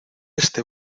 este